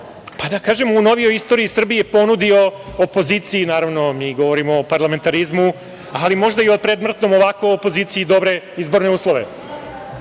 pa da kažem, u novijoj istoriji Srbije, ponudio opoziciji, mi govorimo o parlamentarizmu, ali možda i o predmrtnom ovako opoziciji, ovako dobre izborne uslove.